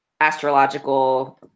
astrological